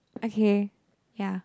okay ya